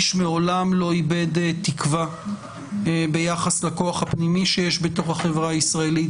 לא איבד תקווה ביחס לכוח הפנימי שיש בתוך החברה הישראלית